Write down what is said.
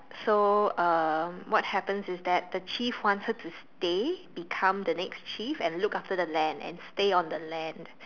so um what happens is that the chief wants her to stay become the next chief and look after the land and stay on the land